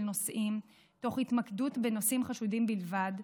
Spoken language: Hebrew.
נוסעים תוך התמקדות בנוסעים חשודים בלבד,